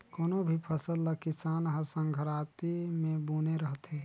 कोनो भी फसल ल किसान हर संघराती मे बूने रहथे